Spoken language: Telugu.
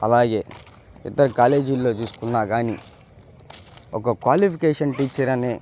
అలాగే ఇతర కాలేజీల్లో చూసుకున్నా కానీ ఒక క్వాలిఫికేషన్ టీచర్నే